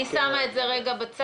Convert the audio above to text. אני שמה את זה רגע בצד.